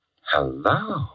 Hello